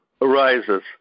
arises